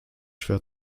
schwer